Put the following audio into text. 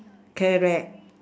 correct